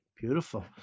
Beautiful